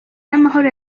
y’amahoro